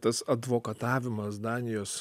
tas advokatavimas danijos